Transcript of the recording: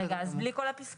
רגע , אז בלי כל הפסקאות?